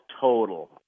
total